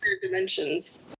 dimensions